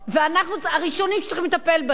ואנחנו הראשונים שצריכים לטפל בהם.